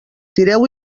tireu